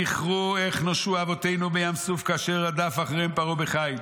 זכרו איך נושעו אבותינו בים סוף כאשר רדף אחריהם פרעה בחיל.